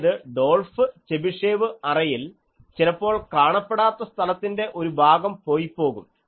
അതായത് Dolf Chebyshev അറേയിൽ ചിലപ്പോൾ കാണപ്പെടാത്ത സ്ഥലത്തിൻ്റെ ഒരു ഭാഗം പോയിപോകും